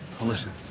listen